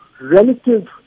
relative